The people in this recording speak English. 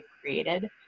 created